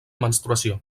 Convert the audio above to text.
menstruació